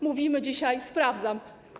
Mówimy dzisiaj: sprawdzam.